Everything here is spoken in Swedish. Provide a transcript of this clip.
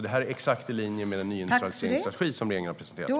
Detta är exakt i linje med den nyindustrialiseringsstrategi som regeringen har presenterat.